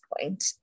point